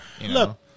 Look